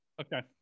Okay